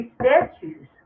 statues